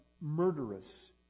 murderous